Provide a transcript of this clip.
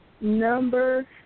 number